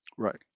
Right